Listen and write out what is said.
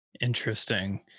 Interesting